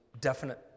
definite